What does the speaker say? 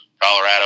Colorado